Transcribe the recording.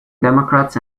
democrats